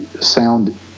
sound